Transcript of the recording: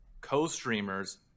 co-streamers